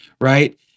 Right